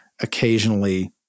Occasionally